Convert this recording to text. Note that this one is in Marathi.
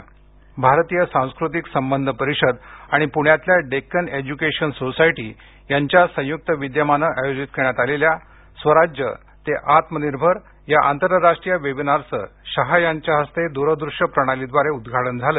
दिल्लीतली भारतीय सांस्कृतिक संबंध परिषद आणि पुण्यातल्या डेक्कन एज्युकेशन सोसायटी यांच्या संयुक्त विद्यमानं आयोजित करण्यात आलेल्या स्वराज्य ते आत्मनिर्भर या आंतरराष्ट्रीय वेबिनारचं शहा यांच्या हस्ते दूरदृश्य प्रणालीद्वारे उद्घाटन झालं